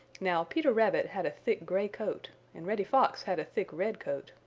now, peter rabbit had a thick gray coat and reddy fox had a thick red coat,